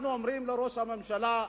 אנחנו אומרים לראש הממשלה: